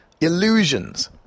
illusions